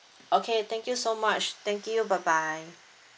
okay thank you so much thank you bye bye